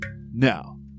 Now